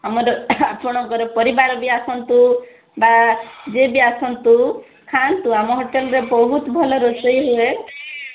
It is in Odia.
ଆମର ଆପଣଙ୍କର ପରିବାର ବି ଆସନ୍ତୁ ବା ଯିଏ ବି ଆସନ୍ତୁ ଖାଆନ୍ତୁ ଆମ ହୋଟେଲରେ ବହୁତ ଭଲ ରୋଷେଇ ହୁଏ